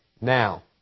now